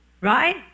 Right